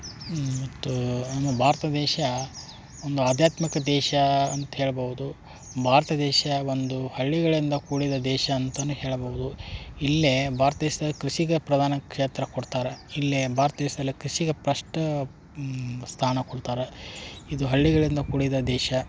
ಮತ್ತು ಇನ್ನು ಭಾರತ ದೇಶ ಒಂದು ಆಧ್ಯಾತ್ಮಿಕ ದೇಶ ಅಂತ ಹೇಳ್ಬೌದು ಭಾರತ ದೇಶ ಒಂದು ಹಳ್ಳಿಗಳಿಂದ ಕೂಡಿದ ದೇಶ ಅಂತನೂ ಹೇಳ್ಬೌದು ಇಲ್ಲಿ ಭಾರ್ತ ದೇಶ್ದಲ್ಲಿ ಕೃಷಿಗೆ ಪ್ರಧಾನ ಕ್ಷೇತ್ರ ಕೊಡ್ತಾರೆ ಇಲ್ಲೇ ಭಾರ್ತ ದೇಶದಲ್ಲಿ ಕೃಷಿಗೆ ಪಸ್ಟೂ ಸ್ಥಾನ ಕೊಡ್ತಾರೆ ಇದು ಹಳ್ಳಿಗಳಿಂದ ಕೂಡಿದ ದೇಶ